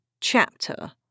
chapter